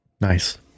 Nice